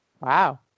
Wow